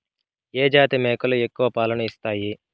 ఏ జాతి మేకలు ఎక్కువ పాలను ఇస్తాయి?